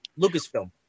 lucasfilm